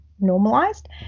normalized